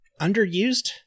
Underused